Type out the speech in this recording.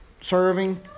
serving